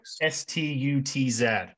s-t-u-t-z